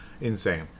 Insane